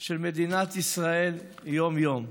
של מדינת ישראל יום-יום.